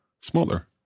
smaller